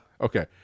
Okay